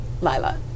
Lila